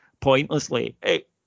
pointlessly